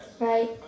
right